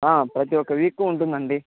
ప్రతి ఒక వీక్ ఉంటుంది అండి